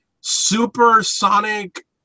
supersonic